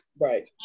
Right